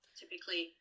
typically